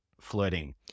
flirting